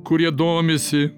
kurie domisi